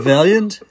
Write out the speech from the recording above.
Valiant